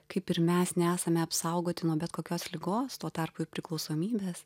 kaip ir mes nesame apsaugoti nuo bet kokios ligos tuo tarpu ir priklausomybės